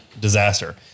disaster